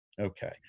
Okay